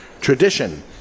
tradition